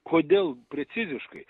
kodėl preciziškai